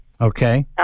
Okay